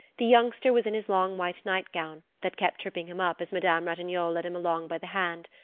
the youngster was in his long white nightgown, that kept tripping him up as madame ratignolle led him along by the hand.